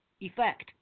effect